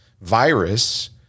Virus